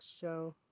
show